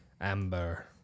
Amber